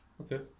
Okay